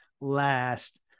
last